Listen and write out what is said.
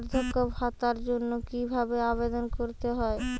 বার্ধক্য ভাতার জন্য কিভাবে আবেদন করতে হয়?